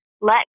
Let